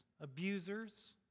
abusers